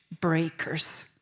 breakers